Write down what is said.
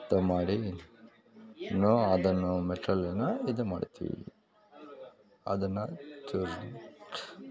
ತ ಮಾಡಿ ಇನ್ನೂ ಅದನ್ನು ಇದು ಮಾಡ್ತೀವಿ ಅದನ್ನು